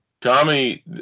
Tommy